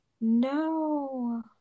No